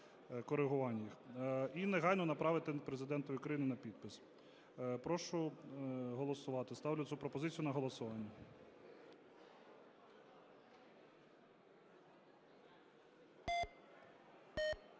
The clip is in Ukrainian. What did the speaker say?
і негайно направити Президентові України на підпис. Прошу голосувати. Ставлю цю пропозицію на голосування.